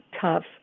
tough